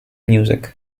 music